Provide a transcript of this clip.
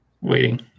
Waiting